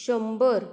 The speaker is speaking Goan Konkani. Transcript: शंबर